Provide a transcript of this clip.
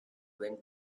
went